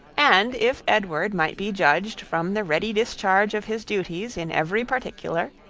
and if edward might be judged from the ready discharge of his duties in every particular,